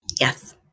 Yes